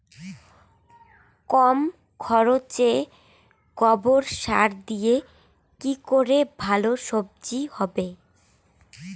কম খরচে গোবর সার দিয়ে কি করে ভালো সবজি হবে?